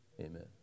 Amen